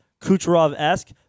Kucherov-esque